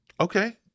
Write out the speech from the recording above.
Okay